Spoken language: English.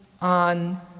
on